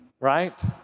right